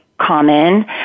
common